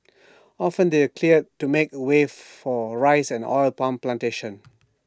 often they were cleared to make way for rice and oil palm Plantations